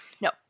No